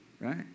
Right